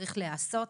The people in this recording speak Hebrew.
שצריך לעשות.